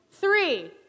three